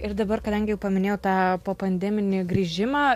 ir dabar kadangi paminėjot tą popandeminį grįžimą